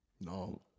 No